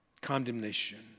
Condemnation